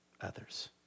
others